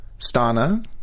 stana